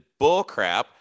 bullcrap